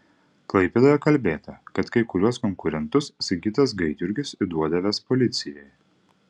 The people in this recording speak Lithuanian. klaipėdoje kalbėta kad kai kuriuos konkurentus sigitas gaidjurgis įduodavęs policijai